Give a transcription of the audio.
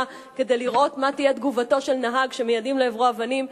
כדי לראות מה תהיה תגובתו של נהג שמיידים לעברו אבנים,